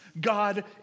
God